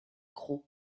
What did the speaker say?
crau